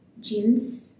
jeans